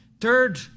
Third